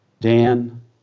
Dan